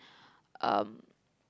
um